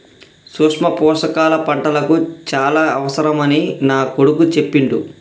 సూక్ష్మ పోషకాల పంటలకు చాల అవసరమని నా కొడుకు చెప్పిండు